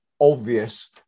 obvious